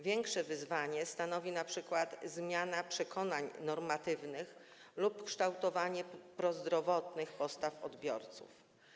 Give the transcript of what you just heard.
Większe wyzwanie stanowi np. zmiana przekonań normatywnych lub kształtowanie prozdrowotnych postaw odbiorców.